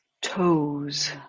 toes